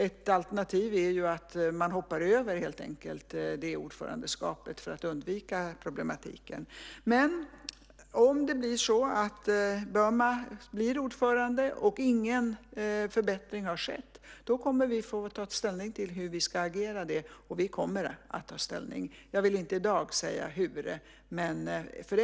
Ett alternativ är att man helt enkelt hoppar över det ordförandeskapet för att undvika problematiken. Om det blir så att Burma blir ordförande och ingen förbättring har skett kommer vi att få ta ställning till hur vi ska agera. Och vi kommer att ta ställning. Jag vill inte i dag säga hur.